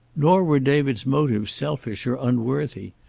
nor were david's motives selfish or unworthy.